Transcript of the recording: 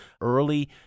early